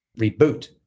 reboot